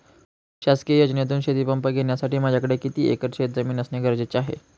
शासकीय योजनेतून शेतीपंप घेण्यासाठी माझ्याकडे किती एकर शेतजमीन असणे गरजेचे आहे?